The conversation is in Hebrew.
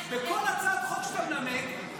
בכל הצעת חוק שאתה מנמק,